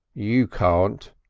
you can't,